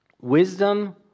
wisdom